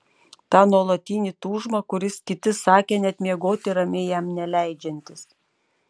tą nuolatinį tūžmą kuris kiti sakė net miegoti ramiai jam neleidžiantis